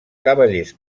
cavallers